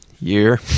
year